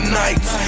nights